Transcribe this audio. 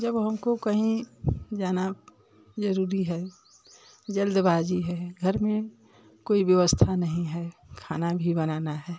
जब हमको कहीं जाना ज़रूरी है जल्दबाजी है घर में कोई व्यवस्था नहीं है खाना भी बनाना है